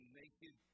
naked